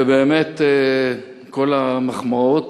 ובאמת, כל המחמאות.